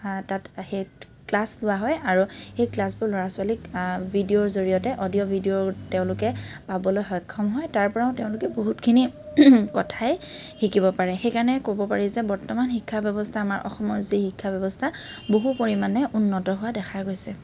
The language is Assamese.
তাত সেই ক্লাছ লোৱা হয় আৰু সেই ক্লাছবোৰ ল'ৰা ছোৱালীক ভিডিঅ'ৰ জৰিয়তে অডিঅ' ভিডিঅ' তেওঁলোকে পাবলৈ সক্ষম হয় তাৰপৰাও তেওঁলোকে বহুতখিনি কথাই শিকিব পাৰে সেইকাৰণে ক'ব পাৰি যে বৰ্তমান শিক্ষা ব্যৱস্থা আমাৰ অসমৰ যি শিক্ষা ব্যৱস্থা বহু পৰিমাণে উন্নত হোৱা দেখা গৈছে